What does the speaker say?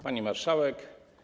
Pani Marszałek!